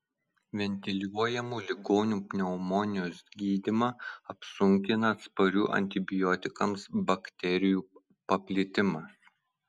ventiliuojamų ligonių pneumonijos gydymą apsunkina atsparių antibiotikams bakterijų paplitimas